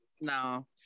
No